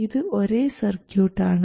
ഇത് ഒരേ സർക്യൂട്ടാണ്